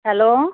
hello